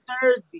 Thursday